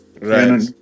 Right